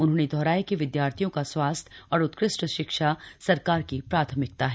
उन्होंने दोहराया कि विद्यार्थियों का स्वास्थ्य और उत्कृष्ट शिक्षा सरकार की प्राथमिकता है